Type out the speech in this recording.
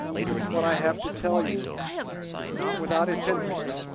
since what i have to tell you is not without its interest,